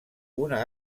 una